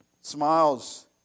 smiles